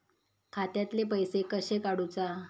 खात्यातले पैसे कशे काडूचा?